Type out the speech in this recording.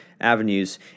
avenues